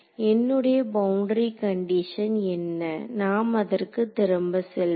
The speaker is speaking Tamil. என்னுடைய பவுண்டரி கண்டிஷன் என்ன நாம் அதற்கு திரும்ப செல்வோம்